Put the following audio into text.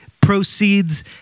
proceeds